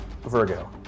Virgo